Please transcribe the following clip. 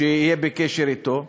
שיהיה בקשר אתו?